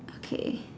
okay